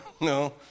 no